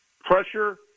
Pressure